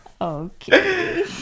Okay